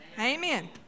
Amen